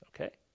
Okay